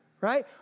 right